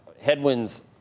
headwinds